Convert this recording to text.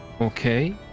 okay